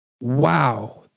wow